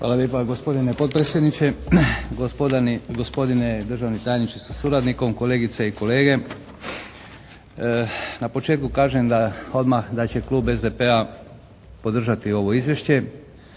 Hvala lijepa gospodine potpredsjedniče, gospodine državni tajniče sa suradnikom, kolegice i kolege. Na početku kažem da odmah da će klub SDP-a podržati ovo izvješće.